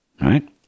right